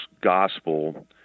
Gospel